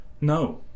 No